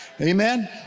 Amen